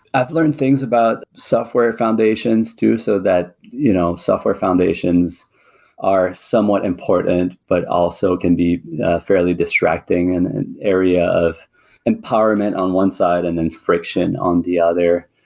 i've learned things about software foundations too, so that you know software foundations are somewhat important, but also can be fairly distracting and an area of empowerment on one side and then friction friction on the other.